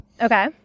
Okay